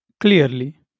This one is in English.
Clearly